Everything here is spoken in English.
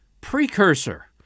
precursor